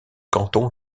canton